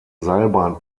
seilbahn